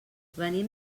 venim